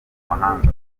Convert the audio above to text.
mahanga